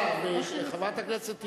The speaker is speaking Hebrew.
חברת הכנסת תירוש,